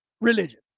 religion